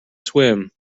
swim